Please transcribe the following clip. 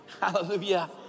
Hallelujah